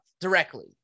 directly